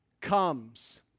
comes